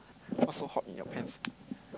what so hot in your pants